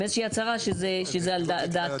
עם איזושהי ההרה שזה על דעתו.